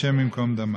השם ייקום דמם.